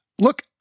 look